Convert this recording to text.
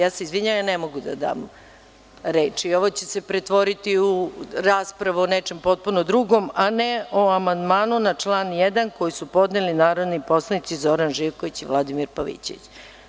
Izvinjavam se ne mogu da vam dam reč i ovo će se pretvoriti u raspravu o nečem potpuno drugom, a ne o amandmanu na član 1. koji su podneli narodni poslanici Zoran Živković i Vladimir Pavićević.